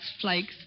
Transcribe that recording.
Flakes